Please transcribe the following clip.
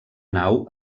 nau